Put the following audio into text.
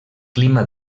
clima